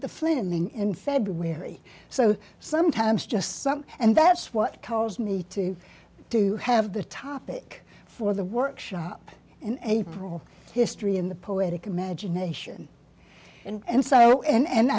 the flint in february so sometimes just some and that's what caused me to do have the topic for the workshop and april history in the poetic imagination and so and